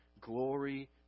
Glory